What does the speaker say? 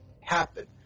happen